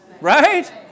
right